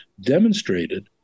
demonstrated